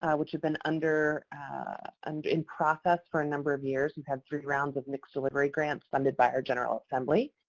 which had been under and in process for a number of years. we and had three rounds of mixed-delivery grants funded by our general assembly,